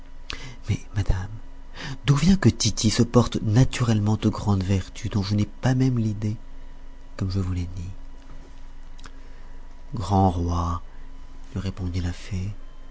mais madame d'où vient que tity se porte naturellement aux grandes vertus dont je n'ai pas même l'idée comme je vous l'ai dit grand roi lui répondit la fée